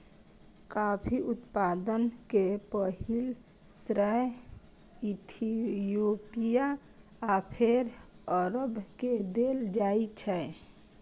coffee उत्पादन के पहिल श्रेय इथियोपिया आ फेर अरब के देल जाइ छै